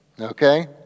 okay